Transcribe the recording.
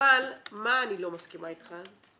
אבל במה אני לא מסכימה אתך?